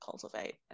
cultivate